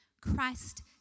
Christ